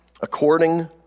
according